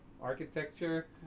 architecture